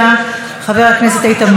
חבר הכנסת עבד אל חכים חאג' יחיא,